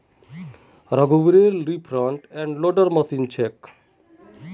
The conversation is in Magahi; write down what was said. रघुवीरेल ली फ्रंट एंड लोडर मशीन छेक